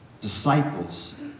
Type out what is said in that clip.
disciples